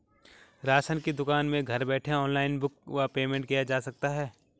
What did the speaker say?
Ration की दुकान में घर बैठे ऑनलाइन बुक व पेमेंट किया जा सकता है?